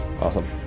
awesome